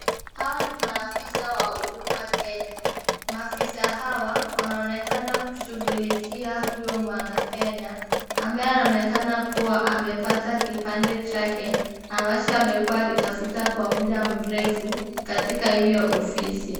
Hawa ni maafisa wa Huduma Kenya ,maafisa hawa wanaonekana kushughulikia huyo mwanakenya ambaye anaonekana kuwa amepata kipande chake ambacho amekuwa akitafuta kwa muda mrefu katika hiyo ofisi.